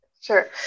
Sure